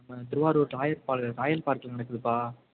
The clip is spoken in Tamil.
நம்ம திருவாரூர் ராயல் பா ராயல் பார்கில் நடக்குதுப்பா